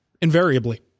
invariably